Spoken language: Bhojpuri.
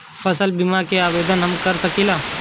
फसल बीमा के आवेदन हम कर सकिला?